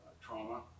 trauma